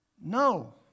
No